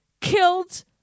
killed